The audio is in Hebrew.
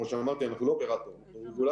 כמו שאמרתי, אנחנו לא אופרטור, אנחנו רגולטור.